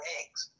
eggs